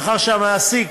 מאחר שמעסיק